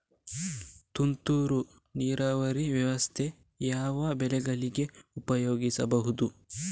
ತುಂತುರು ನೀರಾವರಿ ವ್ಯವಸ್ಥೆಯನ್ನು ಯಾವ್ಯಾವ ಬೆಳೆಗಳಿಗೆ ಉಪಯೋಗಿಸಬಹುದು?